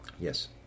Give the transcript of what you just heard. Yes